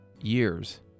years